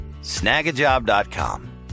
Snagajob.com